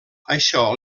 això